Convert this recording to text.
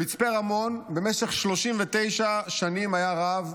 במצפה רמון במשך 39 שנים היה רב.